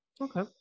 okay